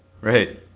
Right